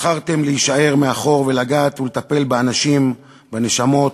בחרתם להישאר מאחור ולגעת ולטפל באנשים, בנשמות,